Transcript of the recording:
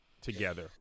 together